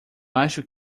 acho